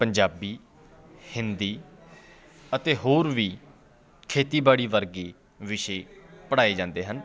ਪੰਜਾਬੀ ਹਿੰਦੀ ਅਤੇ ਹੋਰ ਵੀ ਖੇਤੀਬਾੜੀ ਵਰਗੇ ਵਿਸ਼ੇ ਪੜ੍ਹਾਏ ਜਾਂਦੇ ਹਨ